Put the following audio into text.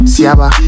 Siaba